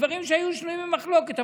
דברים שהיו שנויים במחלוקת,